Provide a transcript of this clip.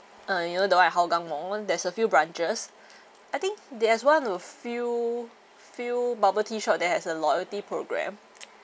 uh you know the [one] at Hougang mall there's a few branches I think they have one to few few bubble tea shop that has a loyalty programme